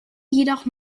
jedoch